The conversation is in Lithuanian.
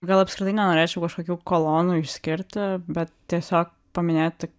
gal apskritai nenorėčiau kažkokių kolonų išskirti bet tiesiog paminėti